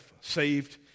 saved